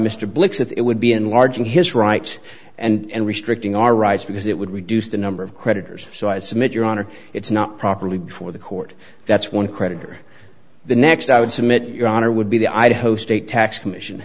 blix it would be enlarging his rights and restricting our rights because it would reduce the number of creditors so i submit your honor it's not properly before the court that's one creditor the next i would submit your honor would be the idaho state tax commission